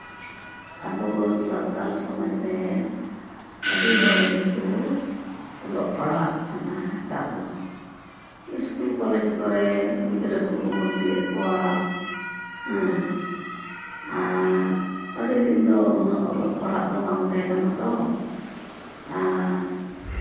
ᱟᱵᱚ ᱥᱟᱱᱛᱟᱲ ᱥᱚᱢᱟᱡᱽ ᱨᱮ ᱟᱹᱰᱤ ᱦᱚᱲ ᱜᱮᱠᱚ ᱚᱞᱚᱜ ᱯᱟᱲᱦᱟᱜ ᱠᱟᱱᱟ ᱱᱮᱛᱟᱨ ᱫᱚ ᱤᱥᱠᱩᱞ ᱠᱚᱞᱮᱡᱽ ᱠᱚᱨᱮᱫ ᱜᱤᱫᱽᱨᱟᱹ ᱠᱚᱠᱚ ᱵᱷᱚᱨᱛᱤᱭᱮᱫ ᱠᱚᱣᱟ ᱦᱮᱸ ᱟᱨ ᱟᱹᱰᱤ ᱫᱤᱱ ᱫᱚ ᱩᱱᱟᱹᱜ ᱚᱞᱚᱜ ᱯᱟᱲᱦᱟᱜ ᱫᱚ ᱵᱟᱝ ᱛᱟᱦᱮᱸ ᱠᱟᱱᱟ ᱛᱚ